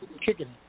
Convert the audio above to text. Kicking